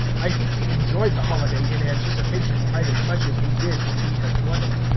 i think we enjoyed the holiday in anticipation quite as much as we did when we had won it.